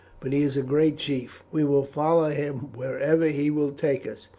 but he is a great chief. we will follow him wherever he will take us,